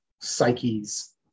psyches